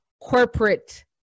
corporate